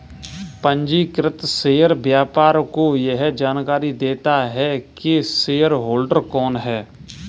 पंजीकृत शेयर व्यापार को यह जानकरी देता है की शेयरहोल्डर कौन है